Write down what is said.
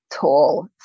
tall